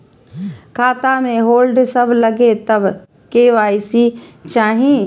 खाता में होल्ड सब लगे तब के.वाई.सी चाहि?